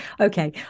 Okay